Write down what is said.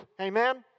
Amen